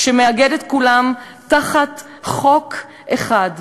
שמאגד את כולם תחת חוק אחד,